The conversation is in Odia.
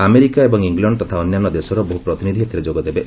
ଆମେରିକା ଏବଂ ଇଂଲଣ୍ଡ ତଥା ଅନ୍ୟାନ୍ୟ ଦେଶର ବହୁ ପ୍ରତିନିଧି ଏଥିରେ ଯୋଗ ଦେବେ